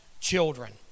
children